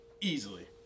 easily